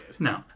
No